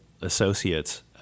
associates